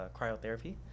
cryotherapy